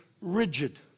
rigid